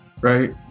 right